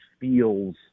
feels